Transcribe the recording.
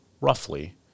roughly